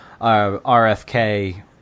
RFK